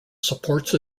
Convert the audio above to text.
supports